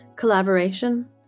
Collaboration